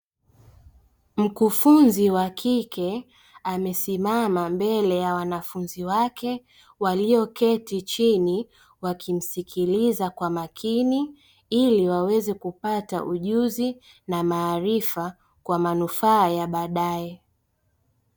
Mkufunzi wa kike, amesimama mbele ya wanafunzi wake, walioketi chini wakimsikiliza kwa makini, ili waweze kupata ujuzi na maarifa kwa manufaa ya baadae.